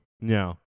No